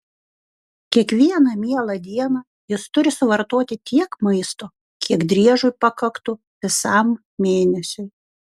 kiekvieną mielą dieną jis turi suvartoti tiek maisto kiek driežui pakaktų visam mėnesiui